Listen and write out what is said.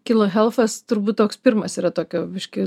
kilo helfas turbūt toks pirmas yra tokio biškį